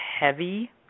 heavy